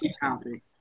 happy